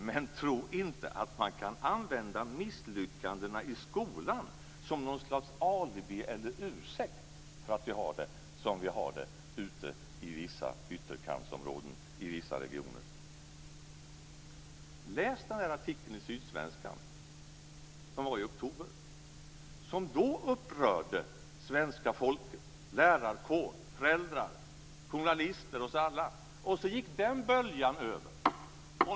Men tro inte att man kan använda misslyckandena i skolan som något slags alibi eller ursäkt för att vi har det som vi har det ute i vissa ytterkantsområden i vissa regioner. Läs artikeln som stod i Sydsvenskan i oktober! Den upprörde då svenska folket, lärarkår, föräldrar, journalister, oss alla. Sedan gick den böljan över.